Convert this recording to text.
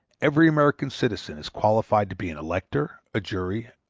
every american citizen is qualified to be an elector, a juror,